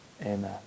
Amen